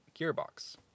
gearbox